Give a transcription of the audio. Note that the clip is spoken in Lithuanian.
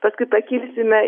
paskui pakilsime